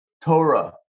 Torah